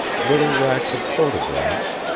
little racks of photographs,